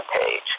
page